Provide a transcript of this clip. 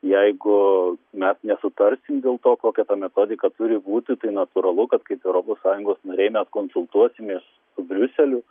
jeigu mes nesutarsim dėl to kokia ta metodika turi būti tai natūralu kad kaip europos sąjungos nariai mes konsultuosimės su briuseliu